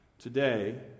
Today